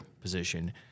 position